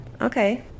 Okay